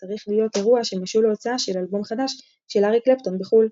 צריך להיות אירוע שמשול להוצאה של אלבום חדש של אריק קלפטון בחו"ל.